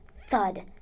thud